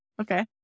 Okay